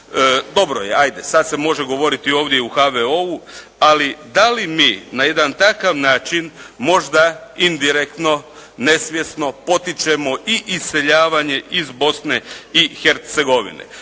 Dobro je, ajde, sada se može govoriti ovdje i o HVO-u, ali da li mi na jedan takav način možda, indirektno, nesvjesno potičemo i iseljavanje iz Bosne i Hercegovine.